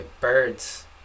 birds